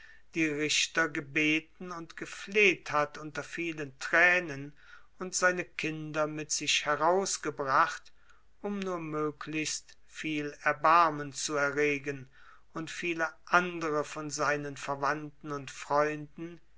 die richter gebeten und gefleht hat unter vielen tränen und seine kinder mit sich herausgebracht um nur möglichst viel erbarmen zu erregen und viele andere von seinen verwandten und freunden